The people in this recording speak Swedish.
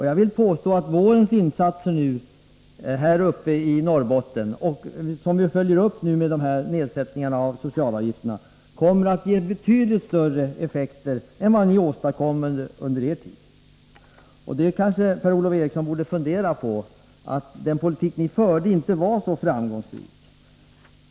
Jag vill påstå att vårens insatser uppe i Norrbotten, som vi nu följer upp med de här nedsättningarna av socialavgifterna, kommer att ge betydligt större effekter än vad ni åstadkom under er regeringstid. Per-Ola Eriksson borde kanske fundera på varför er politik inte var så framgångsrik.